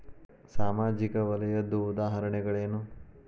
ಸಾಮಾಜಿಕ ವಲಯದ್ದು ಉದಾಹರಣೆಗಳೇನು?